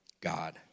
God